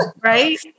Right